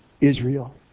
Israel